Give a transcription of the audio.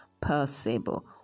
possible